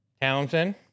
Townsend